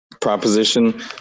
proposition